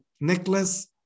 necklace